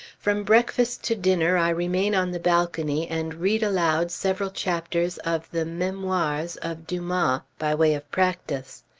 from breakfast to dinner i remain on the balcony, and read aloud several chapters of the memoires of dumas, by way of practice.